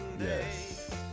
Yes